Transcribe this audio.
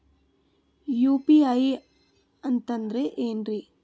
UPI ಅಂತಂದ್ರೆ ಏನ್ರೀ?